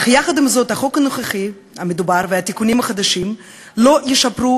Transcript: החוק הנוכחי המדובר והתיקונים החדשים לא ישפרו,